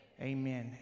Amen